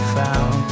found